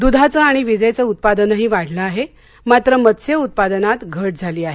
दुधाच आणि विजेचं उत्पादनही वाढलं आहे मात्र मत्स्य उत्पादनात घट झाली आहे